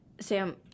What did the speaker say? Sam